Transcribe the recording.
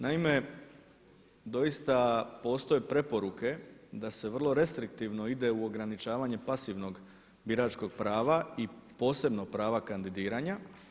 Naime, doista postoje preporuke da se vrlo restriktivno ide u ograničavanje pasivnog biračkog prava i posebno prava kandidiranja.